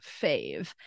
fave